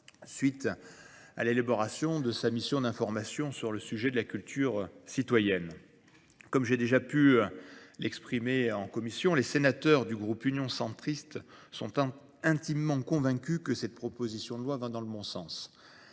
suite à l'élaboration de sa mission d'information sur le sujet de la culture citoyenne. Comme j'ai déjà pu l'exprimer en commission, les sénateurs du groupe union centristes sont intimement convaincus que cette proposition de loi va dans le bon sens.